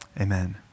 Amen